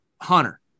hunter